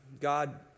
God